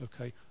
Okay